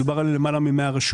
מדובר על יותר מ-100 רשויות